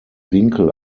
winkel